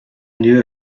knew